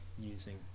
using